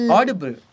Audible